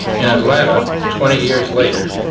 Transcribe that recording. in atlanta, twenty years later,